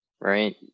right